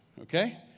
Okay